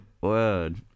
word